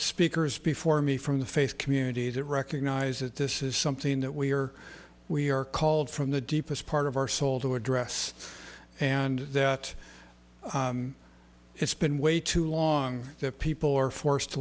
speakers before me from the faith community that recognize that this is something that we are we are called from the deepest part of our soul to address and that it's been way too long that people are forced to